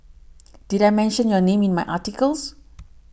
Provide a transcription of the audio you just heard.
did I mention your name in my articles